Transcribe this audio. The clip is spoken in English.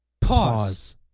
pause